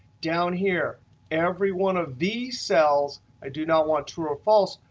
down here every one of these cells i do not want to or false,